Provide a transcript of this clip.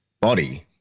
body